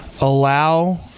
allow –